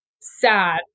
sad